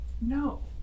no